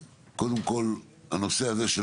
קודם כל הנושא הזה של